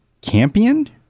Campion